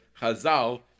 chazal